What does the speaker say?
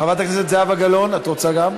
חברת הכנסת זהבה גלאון, את רוצה גם?